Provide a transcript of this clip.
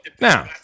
Now